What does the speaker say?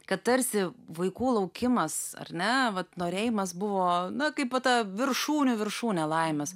kad tarsi vaikų laukimas ar ne vat norėjimas buvo na kaip po ta viršūnių viršūnė laimės